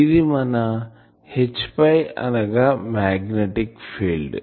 ఇది మనH అనగా మాగ్నెటిక్ ఫీల్డ్